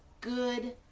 good